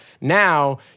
now